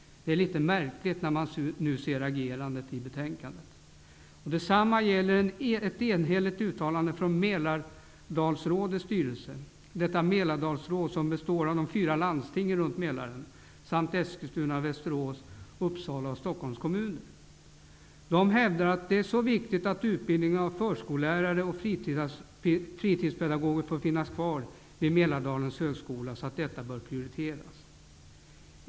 Det är litet märkligt att nu se agerandet i betänkandet. Detsamma gäller ett enhälligt uttalande från Västerås, Uppsala och Stockholms kommuner. De hävdar att det är så viktigt att utbildningen av förskollärare och fritidspedagoger får finnas kvar vid Mälardalens högskola att detta bör prioriteras.